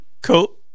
Cool